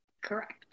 Correct